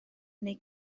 neu